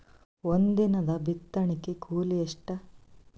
ಒಂದಿನದ ಬಿತ್ತಣಕಿ ಕೂಲಿ ಎಷ್ಟ?